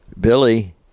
Billy